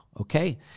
okay